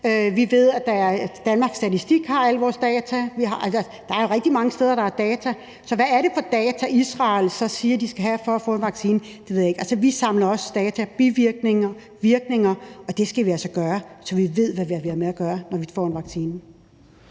Vi ved, at Danmarks Statistik har alle vores data. Der er rigtig mange steder, der har data. Så hvad er det for nogle data, Israel siger de skal have for at give en vaccine? Det ved jeg ikke. Altså, vi samler også data, f.eks. om bivirkninger og virkninger, og det skal vi altså gøre, så vi ved, hvad vi har med at gøre, når vi giver en vaccine.